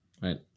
Right